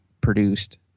produced